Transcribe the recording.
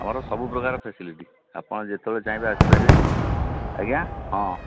ଆମର ସବୁ ପ୍ରକାର ଫାସିଲିଟି ଆପଣ ଯେତେବେଳେ ଚାହିଁବେ ଆସି ପାରିବେ ଆଜ୍ଞା ହଁ